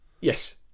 Yes